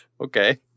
Okay